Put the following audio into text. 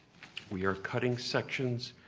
we are cutting sections,